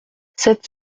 sept